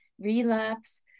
relapse